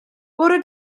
bore